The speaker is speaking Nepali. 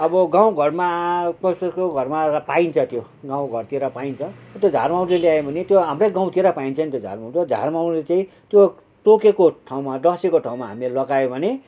अब गाउँघरमा कसैको घरमा पाइन्छ त्यो गाउँघरतिर पाइन्छ त्यो झारमौरो ल्यायो भने त्यो हाम्रै गाउँतिर पाइन्छ नि त्यो झारमौरो झारमौरो चाहिँ त्यो टोकेको ठाउँमा ढसेको ठाउँमा हामीले लगायो भने